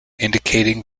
indicating